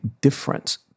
difference